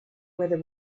whether